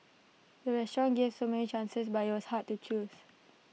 the restaurant gave so many chances but IT was hard to choose